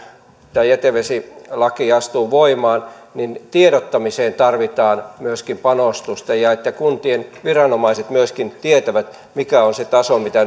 tämä jätevesilaki astuu voimaan myöskin tiedottamiseen tarvitaan panostusta ja että kuntien viranomaiset myöskin tietävät mikä on se taso mitä